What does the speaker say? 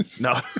No